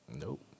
Nope